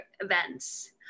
events